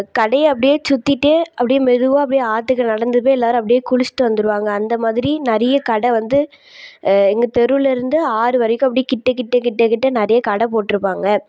கடையை அப்படியே சுற்றிட்டு அப்படியே மெதுவாக அப்படியே ஆற்றுக்கு நடந்து போய் எல்லோரும் அப்படியே குளிச்சுட்டு வந்திருவாங்க அந்த மாதிரி நிறைய கடை வந்து எங்கள் தெருவிலேருந்து ஆறு வரைக்கும் அப்படி கிட்ட கிட்ட கிட்ட கிட்ட நிறைய கடை போட்டிருப்பாங்க